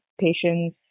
patients